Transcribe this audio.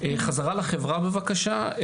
בחזרה לחברה בבקשה.